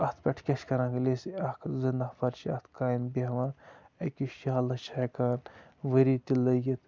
اَتھ پٮ۪ٹھ کیٛاہ چھِ کَران ییٚلہِ أسۍ اَکھ زٕ نَفر چھِ اَتھ کامہِ بہوان أکِس شالَس چھِ ہٮ۪کان ؤری تہِ لٔگِتھ